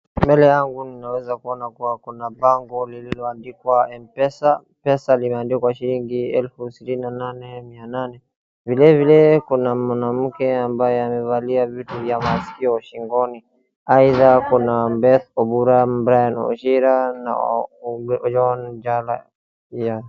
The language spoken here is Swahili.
Mbele yangu ninaweza kuona kuwa kuna bango lililoandikwa mpesa, pesa zimeandikwa shiling elfu sitini na nane na mia nane, vilevile kuna mwanamke ambaye amevalia vitu vya masikio shingoni, aidha kuna Beth Obura, Brian Ocharo na Oyon Jala.